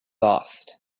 lost